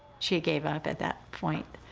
she gave up at that point.